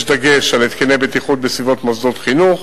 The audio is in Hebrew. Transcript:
יש דגש על התקני בטיחות בסביבות מוסדות חינוך